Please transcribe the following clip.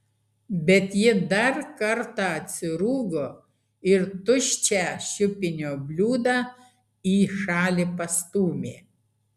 bet ji dar kartą atsirūgo ir tuščią šiupinio bliūdą į šalį pastūmė